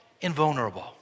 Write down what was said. invulnerable